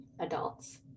adults